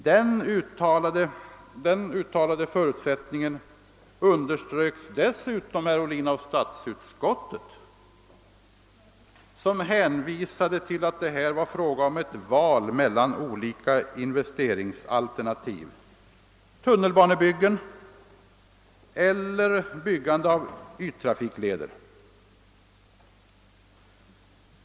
Den uttalade förutsättningen underströks dessutom, herr Ohlin, av statsutskottet som hänvisade till att här var fråga om ett val mellan olika investeringsalternativ: tunnelbanebyggen eller byggande av yttrafikleder.